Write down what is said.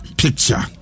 picture